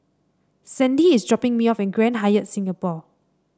Sandie is dropping me off at Grand Hyatt Singapore